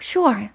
Sure